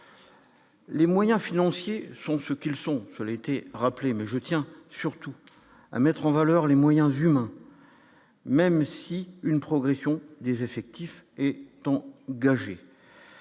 Les moyens financiers sont ceux qu'ils sont sur l'été rappelé mais je tiens surtout à mettre en valeur les moyens humains, même si une progression des effectifs et temps.